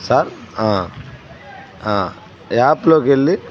sir యాప్లోకెళ్ళి